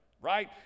Right